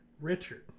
Richard